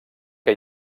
que